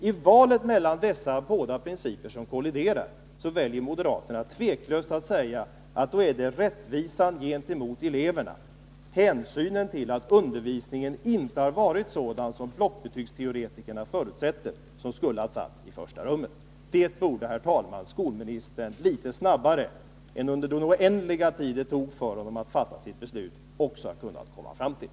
I valet mellan dessa båda principer som kolliderar väljer moderaterna tveklöst att säga att det är rättvisan gentemot eleverna, hänsynen till att undervisningen inte har varit sådan som blockbetygsteoretikerna förutsätter, som skulle ha satts i första rummet. Det borde, herr talman, skolministern litet snabbare än under den oändliga tid det tog för honom att fatta sitt beslut också ha kunnat komma fram till.